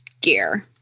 gear